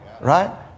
Right